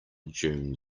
june